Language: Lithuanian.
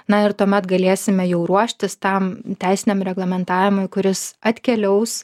na ir tuomet galėsime jau ruoštis tam teisiniam reglamentavimui kuris atkeliaus